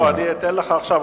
לא, אני אתן לך עכשיו.